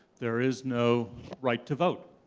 there is no right to vote,